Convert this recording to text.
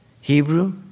Hebrew